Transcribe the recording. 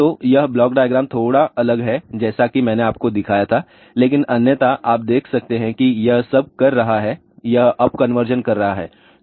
तो यह block diagram से थोड़ा अलग है जैसा कि मैंने आपको दिखाया था लेकिन अन्यथा आप देख सकते हैं कि यह सब कर रहा है यह अप कन्वर्जन कर रहा है